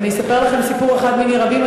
אני אספר לכם סיפור אחד מני רבים,